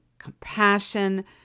compassion